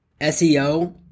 SEO